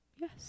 Yes